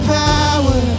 power